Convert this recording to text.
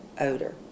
odor